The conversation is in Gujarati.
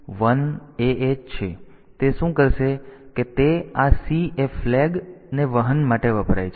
તેથી તે શું કરશે કે તે આ C એ ફ્લૅગ ને વહન માટે વપરાય છે